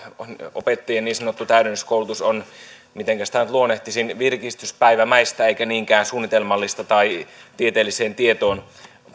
opettajien niin sanottu täydennyskoulutus on mitenkä sitä nyt luonnehtisin virkistyspäivämäistä eikä niinkään suunnitelmallista tai tieteelliseen tietoon